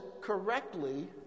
correctly